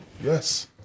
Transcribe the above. yes